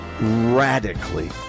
radically